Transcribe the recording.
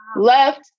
left